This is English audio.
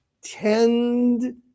tend